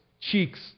cheeks